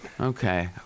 Okay